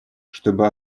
чтобы